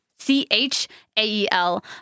C-H-A-E-L